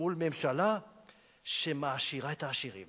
מול ממשלה שמעשירה את העשירים